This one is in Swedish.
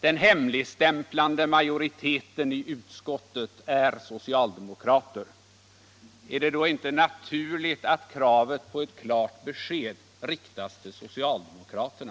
Den hemligstämplande majoriteten i utskottet är socialdemokrater. Är det då inte naturligt att kravet på ett klart besked riktas till socialdemokraterna?